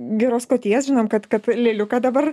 geros kloties žinom kad kad lėliuką dabar